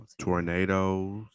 Tornadoes